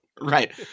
Right